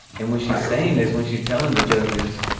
and, when she's saying this, when she's telling the judge this,